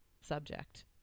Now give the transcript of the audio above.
subject